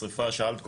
שאלת קודם,